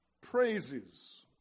praises